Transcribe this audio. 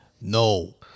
No